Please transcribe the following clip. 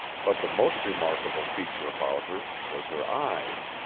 but the most remarkable feature about her was her eyes.